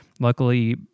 Luckily